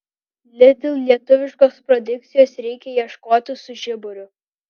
lidl lietuviškos produkcijos reikia ieškoti su žiburiu